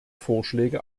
vorschläge